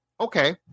okay